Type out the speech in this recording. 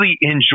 enjoy